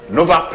Nova